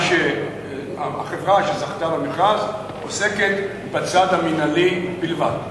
החברה שזכתה במכרז עוסקת בצד המינהלי בלבד.